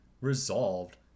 resolved